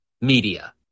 Media